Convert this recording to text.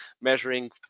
measuring